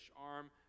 arm